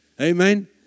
Amen